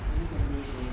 maybe ten days leh